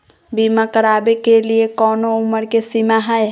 बीमा करावे के लिए कोनो उमर के सीमा है?